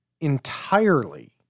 entirely